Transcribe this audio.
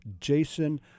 Jason